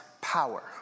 power